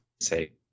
say